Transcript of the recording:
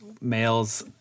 Males